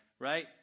right